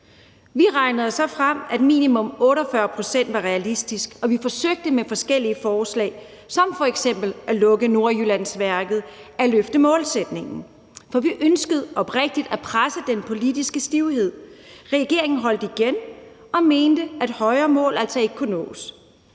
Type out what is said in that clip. Vi regnede os så frem til, at minimum 48 pct. var realistisk, og vi forsøgte med forskellige forslag som f.eks. at lukke Nordjyllandsværket at løfte målsætningen. For vi ønskede oprigtigt at presse den politiske stivhed, men regeringen holdt igen og mente, at højere mål altså ikke kunne nås.